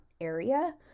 area